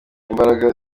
imbaraga